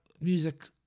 music